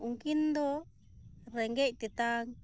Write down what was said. ᱩᱱᱠᱤᱱ ᱫᱚ ᱨᱮᱸᱜᱮᱡ ᱛᱮᱛᱟᱝ